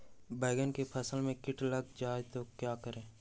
बैंगन की फसल में कीट लग जाए तो क्या करें?